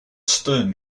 stern